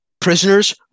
Prisoners